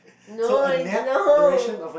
no it's no